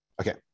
Okay